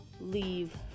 leave